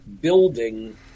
building